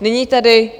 Nyní tedy